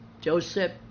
Joseph